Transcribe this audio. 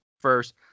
first